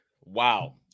wow